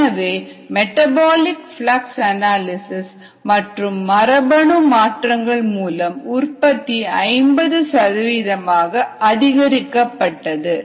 எனவே metabolic flux analysis மற்றும் மரபணு மாற்றங்கள் மூலம் உற்பத்தி 50 சதவிகிதமாக அதிகரிக்கப்பட்டது